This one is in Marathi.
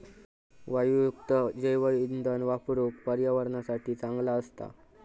वायूयुक्त जैवइंधन वापरुक पर्यावरणासाठी चांगला असता